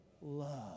Love